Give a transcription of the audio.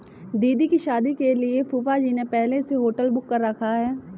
दीदी की शादी के लिए फूफाजी ने पहले से होटल बुक कर रखा है